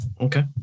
Okay